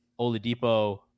Oladipo